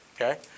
Okay